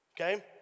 okay